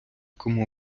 кому